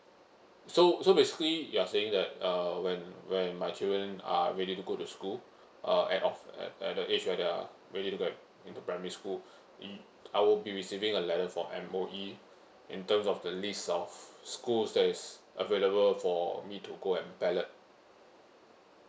so so basically you're saying that uh when when my children are ready to go to school uh at of at at the age when they're ready to go into primary school you I will be receiving a letter from M_O_E in terms of the list of schools that is available for me to go and ballot